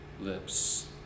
lips